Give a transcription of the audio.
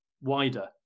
wider